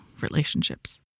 relationships